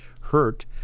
hurt